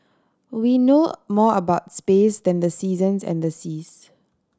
we know more about space than the seasons and the seas